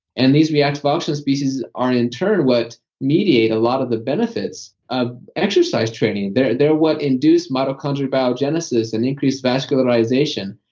and these reactive oxygen species are, in turn, what mediate a lot of the benefits of exercise training. they are what induce mitochondrial biogenesis and increase vascularization.